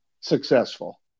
successful